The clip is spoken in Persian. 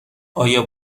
آیا